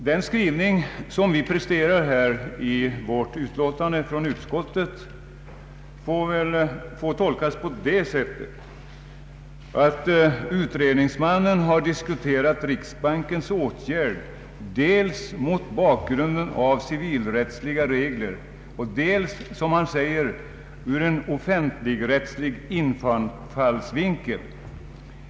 Den skrivning som vi presenterar i utskottsutlåtandet får tolkas så att utredningsmannen har diskuterat riksbankens åtgärd dels mot bakgrund av civilrättsliga regler, dels, som han säger, ur ”en offentligrättslig infallsvinkel”.